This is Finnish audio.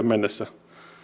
mennessä